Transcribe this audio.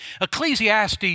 Ecclesiastes